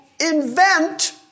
invent